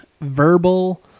verbal